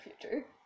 future